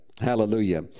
Hallelujah